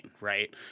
Right